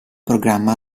programma